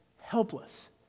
helpless